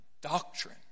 doctrine